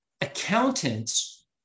Accountants